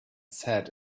said